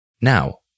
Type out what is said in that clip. Now